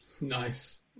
Nice